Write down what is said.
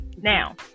Now